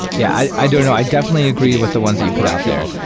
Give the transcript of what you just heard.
yeah, i i don't know. i definitely agree with the ones that you put out there.